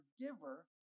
forgiver